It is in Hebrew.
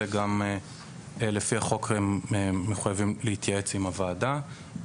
גם לפי החוק הם מחויבים להתייעץ עם הוועדה.